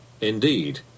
Indeed